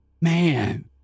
Man